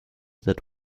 that